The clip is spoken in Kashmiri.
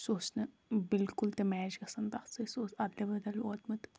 سُہ اوس نہٕ بِلکُل تہِ میچ گژھان تَتھ سۭتۍ سُہ اوس اَدلہِ بدل ووتمُت